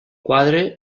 quadre